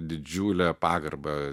didžiulę pagarbą